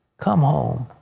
come home.